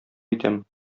итәм